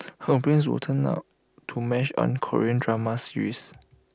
her brain would turn out to mesh on Korean drama serials